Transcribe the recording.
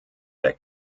der